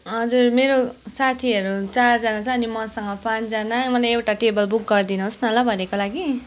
हजुर मेरो साथीहरू चारजना छ अनि मसँग पाँचजना मलाई एउटा टेबल बुक गरिदिनु होस् न ल भरेको लागि